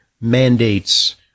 mandates